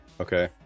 Okay